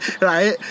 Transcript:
Right